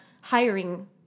hiring